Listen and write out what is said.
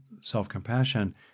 self-compassion